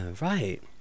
right